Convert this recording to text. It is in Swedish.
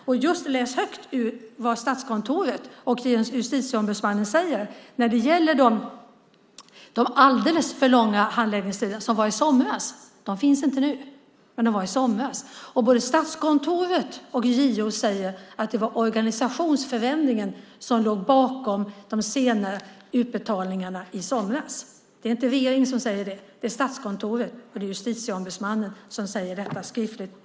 Jag har just läst högt ur vad Statskontoret och Justitieombudsmannen säger när det gäller de alldeles för långa handläggningstiderna som var i somras. De finns inte nu, men de var i somras. Både Statskontoret och JO säger att det var organisationsförändringen som låg bakom de sena utbetalningarna i somras. Det är inte regeringen som säger det. Det är Statskontoret och Justitieombudsmannen som säger detta skriftligt.